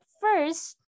first